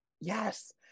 Yes